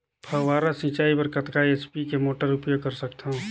फव्वारा सिंचाई बर कतका एच.पी के मोटर उपयोग कर सकथव?